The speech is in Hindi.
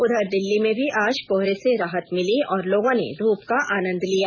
उधर दिल्ली में भी आज कोहरे से राहत मिली और लोगों ने धूप का आनन्द लिया